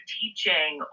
teaching